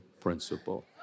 principle